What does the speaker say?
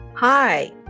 Hi